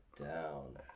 down